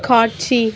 காட்சி